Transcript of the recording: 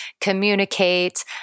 communicate